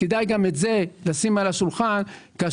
כדאי גם את זה לשים על השולחן כאשר